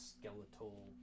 skeletal